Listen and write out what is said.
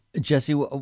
Jesse